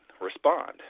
respond